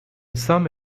some